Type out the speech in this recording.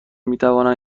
میتوانند